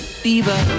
fever